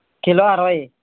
kilo అరవై